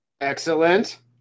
Excellent